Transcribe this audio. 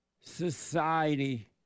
society